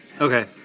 Okay